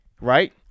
Right